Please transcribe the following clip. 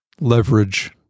leverage